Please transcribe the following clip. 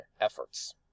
efforts